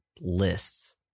lists